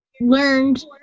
learned